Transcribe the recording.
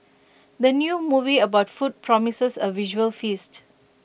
the new movie about food promises A visual feast